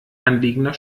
anliegender